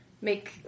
make